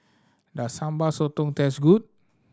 does Sambal Sotong taste good